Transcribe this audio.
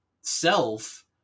self